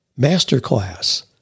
Masterclass